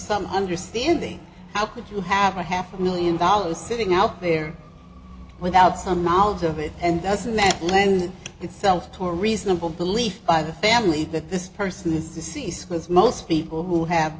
some understanding how could you have a half million dollars sitting out there without some knowledge of it and doesn't meant lend itself to a reasonable belief by the family that this person is deceased was most people who have